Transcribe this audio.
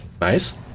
Nice